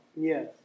Yes